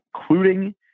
including